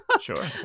sure